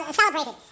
celebrated